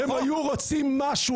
אם הם היו רוצים משהו,